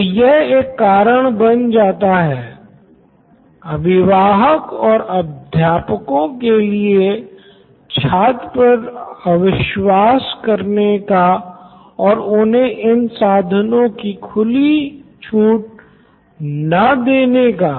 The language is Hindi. तो यह एक कारण बन जाता है अभिवाहक और अध्यापकों के लिए छात्र पर अविश्वास करने का और उन्हे इन साधनों की खुली छूट ना देने का